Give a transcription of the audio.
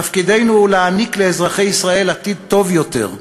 תפקידנו הוא להעניק לאזרחי ישראל עתיד טוב יותר,